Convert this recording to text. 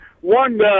One